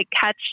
catch